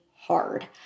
hard